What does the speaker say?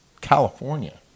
California